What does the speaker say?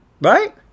Right